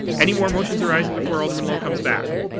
any more motions arising before alderman lowe comes back?